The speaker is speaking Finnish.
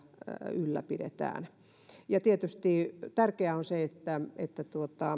ylläpidetään tietysti tärkeää on se että että